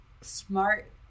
smart